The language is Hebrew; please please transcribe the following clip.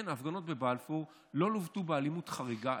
כן, ההפגנות בבלפור לא לוו באלימות חריגה.